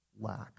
lack